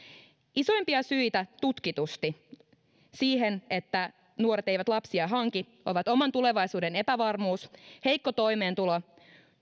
isoimpia syitä siihen että nuoret eivät lapsia hanki ovat oman tulevaisuuden epävarmuus heikko toimeentulo